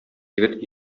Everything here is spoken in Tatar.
егет